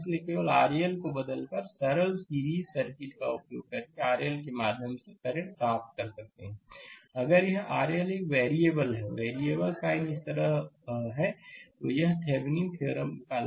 इसलिए केवल RL को बदलकर सरल सीरीज सर्किट का उपयोग करकेRL के माध्यम से करंट प्राप्त कर सकते हैं अगर यह RL एक वेरिएबल है वेरिएबल साइन इस तरह है तो यह है कि थेविनीन थ्योरम का लाभ